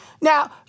Now